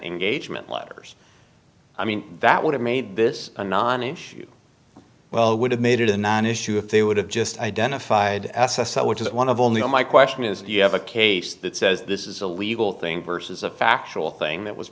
engagement letters i mean that would have made this a nonissue well would have made it a non issue if they would have just identified s s l which is one of only on my question is you have a case that says this is a legal thing versus a factual thing that was